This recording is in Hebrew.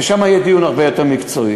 ושם יהיה דיון הרבה יותר מקצועי.